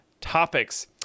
topics